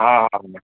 हा हा